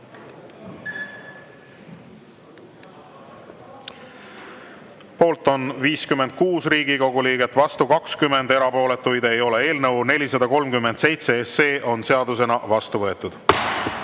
Poolt on 56 Riigikogu liiget, vastu 20, erapooletuid ei ole. Eelnõu 437 on seadusena vastu võetud.